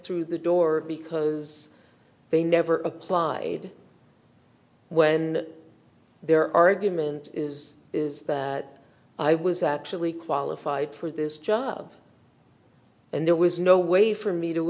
through the door because they never applied when their argument is is that i was actually qualified for this job and there was no way for me to